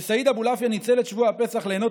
וסעיד אבולעפיה ניצל את שבוע הפסח ליהנות